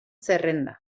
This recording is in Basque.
zerrenda